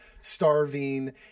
starving